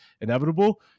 inevitable